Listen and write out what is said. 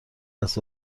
است